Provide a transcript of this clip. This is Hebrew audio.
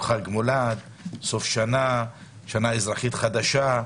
חג מולד, סוף שנה, שנה אזרחית חדשה,